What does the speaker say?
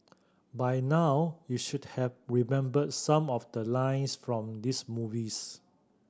by now you should have remembered some of the lines from this movies